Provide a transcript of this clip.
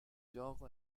gioco